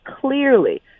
clearly